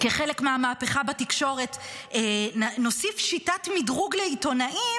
כחלק מהמהפכה בתקשורת נוסיף שיטת מדרוג לעיתונאים,